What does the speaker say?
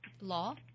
law